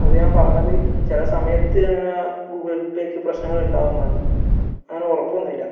അതു ഞാൻ പറഞ്ഞത് ചില സമയത്ത് അങ്ങനെ ഗൂഗിൾ പേക്ക് പ്രശ്നങ്ങൾ ഉണ്ടാകുന്നാന്ന് അങ്ങനെ ഉറപ്പൊന്നുമില്ലാ